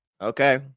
Okay